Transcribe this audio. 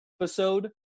episode